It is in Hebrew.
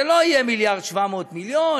זה לא יהיה מיליארד ו-700 מיליון,